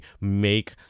make